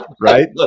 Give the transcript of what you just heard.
Right